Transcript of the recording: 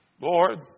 Lord